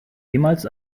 jemals